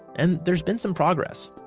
and there's been some progress.